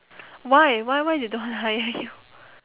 why why why they don't want to hire you